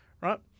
Right